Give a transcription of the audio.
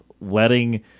letting